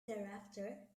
thereafter